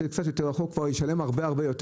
שזה קצת יותר רחוק, הוא כבר ישלם הרבה יותר.